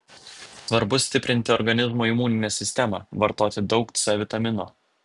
svarbu stiprinti organizmo imuninę sistemą vartoti daug c vitamino